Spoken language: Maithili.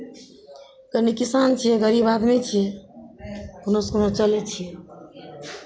कनि किसान छियै गरीब आदमी छियै कोनोसँ कोनो चलै छियै